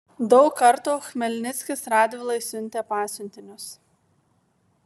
daug kartų chmelnickis radvilai siuntė pasiuntinius